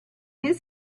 his